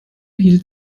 hielt